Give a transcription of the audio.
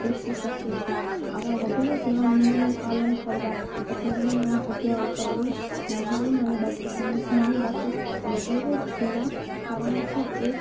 રોકી શકે છે આવા વગેરે જેવા નિયમો પાલન કરવા પછી નાની નાની જગ્યાઓ ઉપર આવી નાની નાની બાબતોનું ધ્યાન રાખવું વગેરે જેવા કારણો છે એ